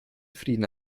frieden